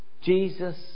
Jesus